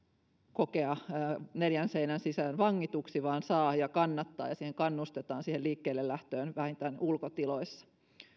neljän seinän sisään vangituksi vaan saa ja kannattaa liikkua ja kannustetaan siihen liikkeellelähtöön vähintään ulkotiloissa